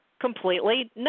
completely